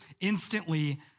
instantly